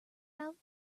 out